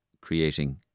creating